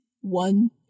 one